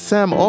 Sam